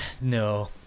No